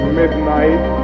midnight